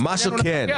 תפקידנו לפקח.